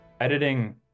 editing